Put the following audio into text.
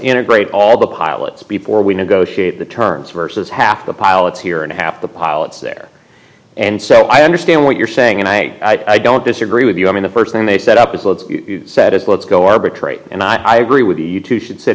integrate all the pilots before we negotiate the terms versus half the pilots here and a half the pilots there and so i understand what you're saying and i i don't disagree with you i mean the first thing they set up is let's said is let's go arbitrate and i agree with you you two should sit